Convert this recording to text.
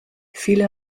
viele